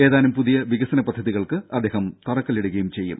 ഏതാനും പുതിയ വികസന പദ്ധതികൾക്ക് അദ്ദേഹം തറക്കല്ലിടുകയും ചെയ്യും